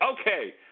Okay